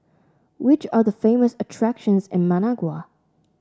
which are the famous attractions in Managua